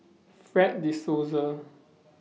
Fred De Souza